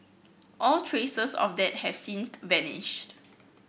all traces of that have since vanished